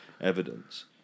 evidence